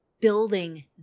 building